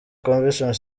convention